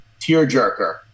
tearjerker